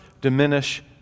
diminish